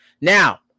Now